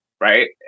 right